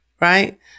Right